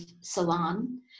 salon